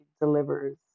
delivers